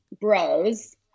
bros